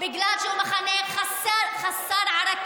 בגלל שהוא מחנה חסר ערכים.